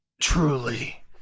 truly